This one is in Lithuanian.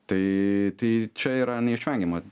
tai tai čia yra neišvengiama